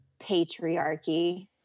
patriarchy